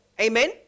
Amen